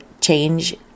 change